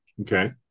Okay